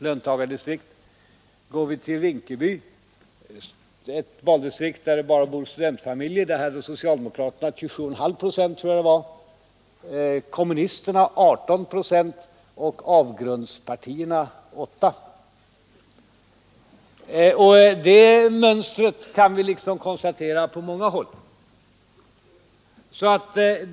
Om jag går till Rinkeby, ett valdistrikt där det bor nästan uteslutande studentfamiljer, fick socialdemokraterna 27,5 procent, vill jag minnas, medan kommunisterna fick 18 och ”avgrundspartierna” 8 procent. Samma mönster kan vi urskilja på många håll.